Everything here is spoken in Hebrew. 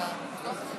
ההצעה להעביר